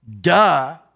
duh